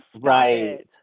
right